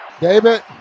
David